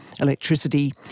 electricity